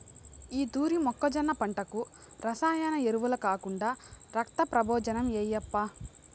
ఈ తూరి మొక్కజొన్న పంటకు రసాయన ఎరువులు కాకుండా రక్తం ప్రబోజనం ఏయప్పా